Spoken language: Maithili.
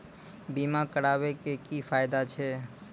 बीमा कराबै के की फायदा छै?